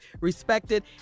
respected